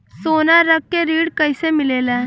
सोना रख के ऋण कैसे मिलेला?